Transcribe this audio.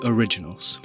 Originals